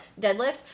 deadlift